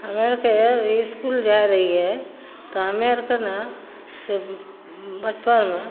हमरा आरके इसकुल जाइ रहियै तऽ हमे आरके ने से बचपन